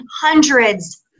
hundreds